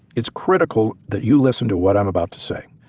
it's critical that you listen to what i'm about to say.